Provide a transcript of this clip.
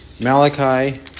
Malachi